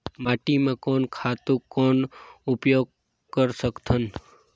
माटी म कोन खातु कौन उपयोग कर सकथन?